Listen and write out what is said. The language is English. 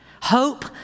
Hope